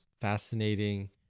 fascinating